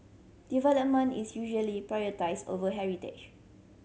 development is usually prioritised over heritage